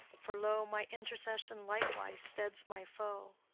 for, lo, my intercession likewise steads my foe.